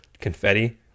confetti